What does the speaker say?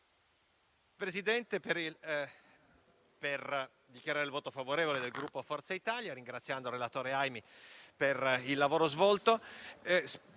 intervengo per dichiarare il voto favorevole del Gruppo Forza Italia, ringraziando il relatore Aimi per il lavoro svolto.